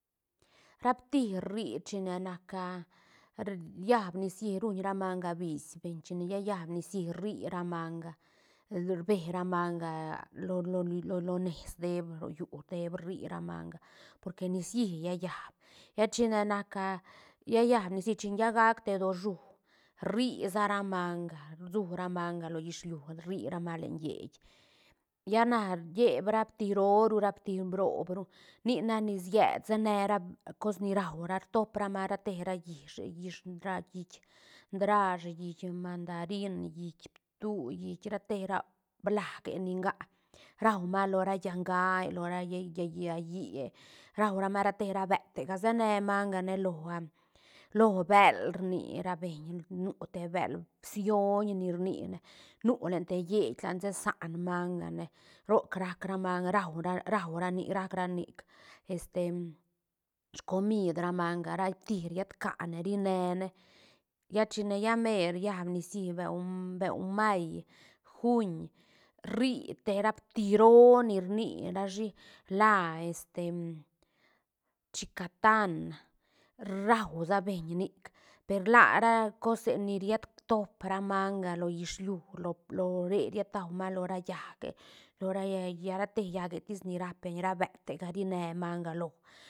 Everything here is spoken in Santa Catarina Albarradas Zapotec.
Ra pti ri chine nac riad nicií ruñ ra manga vis beñ chine lla llaab nicií rri ra manga rbe ra manga a lo- lo- lo- lones deeb rollü rri ra manga porque nicií lla llaab lla chine nac lla llaab nicií chin lla gaac te doshú rri sa ra manga rsu ra manga lo ghisliu rri ra na len lleit lla na lleéd ra pti roo ru ra pti roob ru nic nac ni sied sene ra cos ni rau ra top ra manga ra te ra llishe llish ra git ndrash git mandarin git ptú git rate ra blaje ni ngac rauma lo ra llaä gäe lo ra lle- lle- lle llahíe rau ra manga ra te ra betega se ne mangane lo lo bël rnira beñ nu te bël bsioñ ni rnine nu len te lleit lad se saan mangane roc rac ra manga raura ra raura nic rac ranic este scomid ra manga ra pti rietca ne rinene lla chine lla mer llaab nicií beu- beu may juin rri te ra pti roo ni rnirashi la este chicatán rausa beñ nic per la ra cose ni ried tod ra manga lo ghisliu lo- lo re ried taumalo lo ra llaácque lo ra lla- lla rate llaä getis ni rap beiñ ra betega rine manga lo